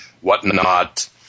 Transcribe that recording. whatnot